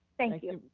thank you.